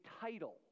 title